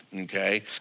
okay